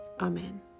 Amen